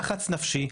לחץ נפשי,